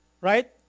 Right